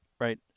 right